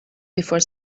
before